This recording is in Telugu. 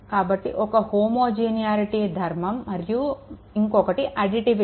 కాబట్టి ఒక్కటి హోమోజినిటీ ధర్మంమరియు ఇంకోటి అడిటివిటీ